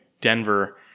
Denver